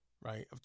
right